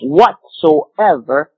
whatsoever